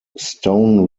stone